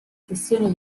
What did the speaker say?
sessione